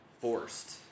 forced